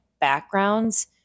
backgrounds